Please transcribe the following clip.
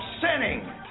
sinning